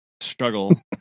Struggle